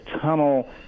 tunnel